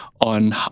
on